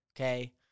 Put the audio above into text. Okay